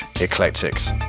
eclectics